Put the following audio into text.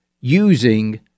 using